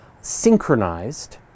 synchronized